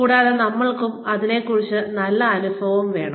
കൂടാതെ നമ്മൾക്കും അതിനെക്കുറിച്ച് നല്ല അനുഭവം വേണം